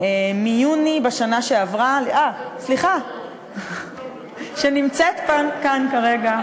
ביוני בשנה שעברה, אה, סליחה, שנמצאת כאן כרגע.